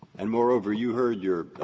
and, moreover, you heard your